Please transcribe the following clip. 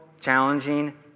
challenging